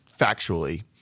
factually